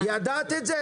את הפעולות בדיגיטל.